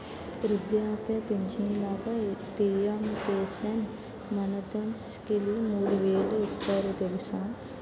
వృద్ధాప్య పించను లాగా పి.ఎం కిసాన్ మాన్ధన్ స్కీంలో మూడు వేలు ఇస్తారు తెలుసా?